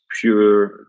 pure